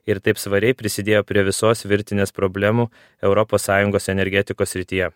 ir taip svariai prisidėjo prie visos virtinės problemų europos sąjungos energetikos srityje